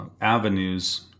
avenues